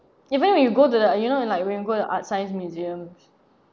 even when you go to the you know like when you go the artscience museum